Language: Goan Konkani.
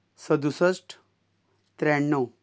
सदुसश्ट त्र्याण्णव